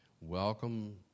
welcome